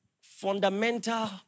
fundamental